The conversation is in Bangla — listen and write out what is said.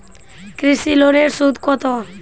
কৃষি লোনের সুদ কত?